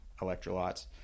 electrolytes